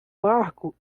barco